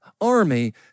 army